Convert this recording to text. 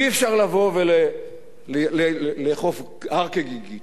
אי-אפשר לבוא ולכוף הר כגיגית,